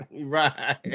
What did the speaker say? Right